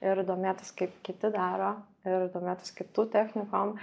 ir domėtis kaip kiti daro ir domėtis kitų technikom